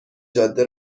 جاده